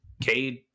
Cade